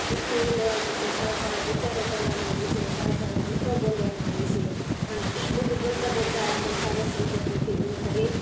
પૂરતી ઊંઘ લેવા માટે સારા સારા વિચારો કરવાના હોય છે સારા સારા મંત્રો બોલવાના હોય છે અને એ બધું બોલતા બોલતા આપણે સરસ રીતે પૂરતી ઊંઘ કરી